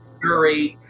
curate